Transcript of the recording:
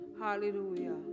Hallelujah